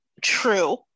true